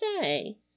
say